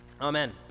Amen